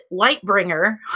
Lightbringer